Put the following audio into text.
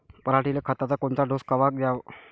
पऱ्हाटीले खताचा कोनचा डोस कवा द्याव?